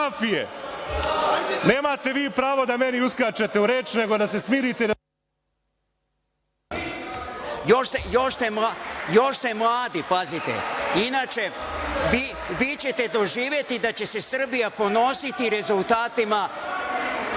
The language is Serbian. Nemate vi pravo da meni uskačete u reč, nego da se smirite. **Stojan Radenović** Još ste mladi, pazite. Inače, vi ćete doživeti da će se Srbija ponositi rezultatima